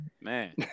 man